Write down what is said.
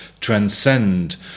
transcend